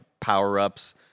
power-ups